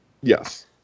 Yes